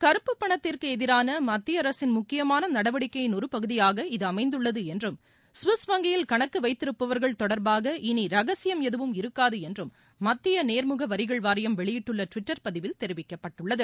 கருப்பு பணத்திற்கு எதிரான மத்திய அரசின் முக்கியமான நடவடிக்கையின் ஒரு பகுதியாக இது அமைந்துள்ளது என்றும் சுவிஸ் வங்கியில் கணக்கு வைத்திருப்பவர்கள் தொடர்பாக இனி ரகசியம் எதுவும் இருக்காது என்றும் மத்திய நேர்முக வரிகள் வாரியம் வெளியிட்டுள்ள டுவிட்டர் பதிவில் தெரிவிக்கப்பட்டுள்ளது